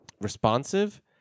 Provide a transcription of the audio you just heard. responsive